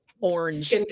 orange